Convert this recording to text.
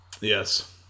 Yes